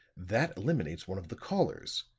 that eliminates one of the callers.